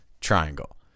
triangle